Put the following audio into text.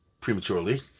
prematurely